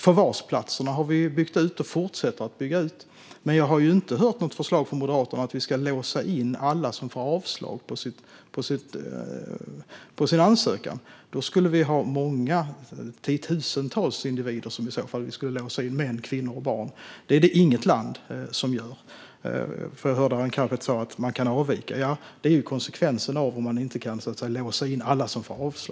Förvarsplatserna har vi byggt ut och fortsätter att bygga ut. Men jag har inte hört något förslag från Moderaterna om att vi ska låsa in alla som får avslag på sin ansökan. I så fall skulle vi ha tiotusentals individer, män, kvinnor och barn, att låsa in. Det är det inget land som gör. Jag hörde att Arin Karapet sa att man kan avvika. Ja, det är konsekvensen av att vi inte kan låsa in alla som får avslag.